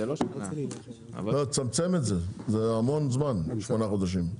לא, תצמצם את זה, זה המון זמן בעוד שמונה חודשים.